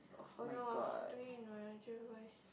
oh no doing my actual voice